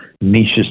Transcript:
niches